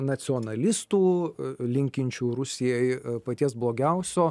nacionalistų linkinčių rusijai paties blogiausio